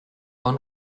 bon